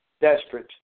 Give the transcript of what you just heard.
desperate